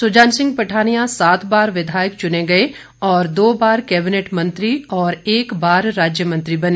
सुजान सिंह पठानिया सात बार विधायक चुने गए और दो बार कैबिनेट मंत्री और एक बार राज्य मंत्री बने